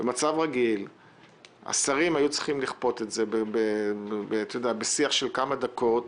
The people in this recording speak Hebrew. במצב רגיל השרים היו צריכים לכפות את זה בשיח של כמה דקות